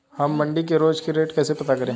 हम मंडी के रोज के रेट कैसे पता करें?